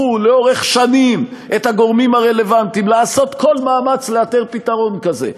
הנחו לאורך שנים את הגורמים הרלוונטיים לעשות כל מאמץ לאתר פתרון כזה.